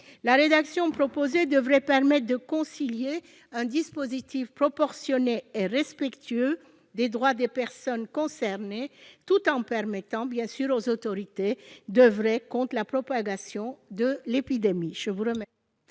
La rédaction proposée ici devrait permettre de concilier un dispositif proportionné et respectueux des droits des personnes concernées avec les moyens dont disposent les autorités pour agir contre la propagation de l'épidémie.